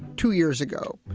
two years ago,